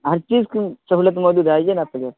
ہر چیز کی سہولت موجود ہے آئیے نا آپ پہلے